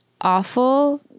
awful